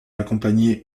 accompagné